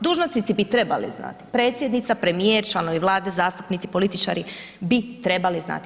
Dužnosnici bi trebali znati, predsjednica, premijer, članovi Vlade, zastupnici, političari, bi trebali znati.